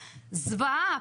זוועה.